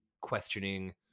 questioning